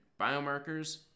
biomarkers